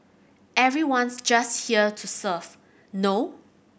everyone's just here to serve no